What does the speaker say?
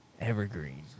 Evergreen